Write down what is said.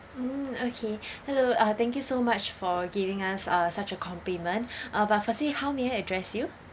mm okay hello uh thank you so much for giving us uh such a compliment uh but firstly how may I address you